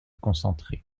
concentré